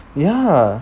ya